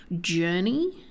journey